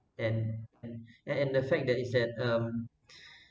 and and and and the fact that he said um